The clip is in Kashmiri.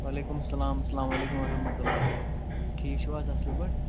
وعلیکُم سَلام اسلامُ علیکم وَرَحمَتُہ اللہ ٹھیٖک چھُو حظ اَصٕل پٲٹھۍ